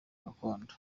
gakondo